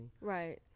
Right